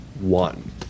one